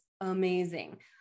amazing